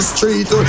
Street